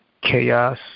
chaos